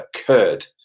occurred